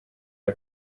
and